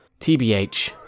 TBH